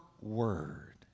word